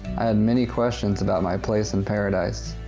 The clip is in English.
and many questions about my place in paradise,